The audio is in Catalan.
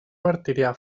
martirià